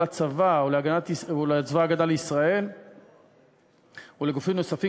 לצבא הגנה לישראל ולגופים נוספים,